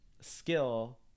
skill